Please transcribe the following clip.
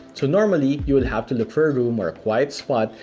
so normally you will have to look for a room, or a quiet spot,